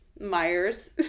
Myers